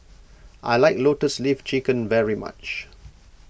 I like Lotus Leaf Chicken very much